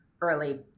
early